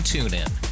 TuneIn